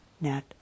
net